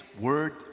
word